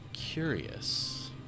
curious